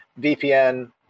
VPN